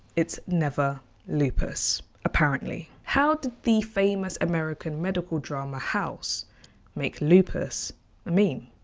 it's never lupus, apparently. how did the famous american medical drama house make lupus i mean